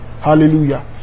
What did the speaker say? Hallelujah